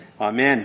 Amen